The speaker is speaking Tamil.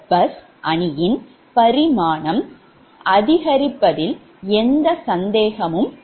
ZBus அணியின் பரிமாணம் அதிகரிப்பதில் எந்த சந்தேகமும் இல்லை